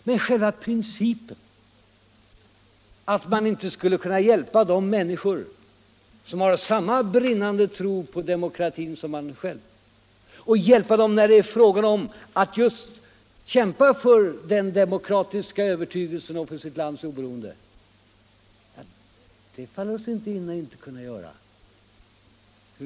Men att vi inte skulle kunna hjälpa de människor som har samma brinnande tro på demokrati som vi själva, hjälpa dem i kampen för den demokratiska övertygelsen och för sitt land — något sådant faller oss inte in.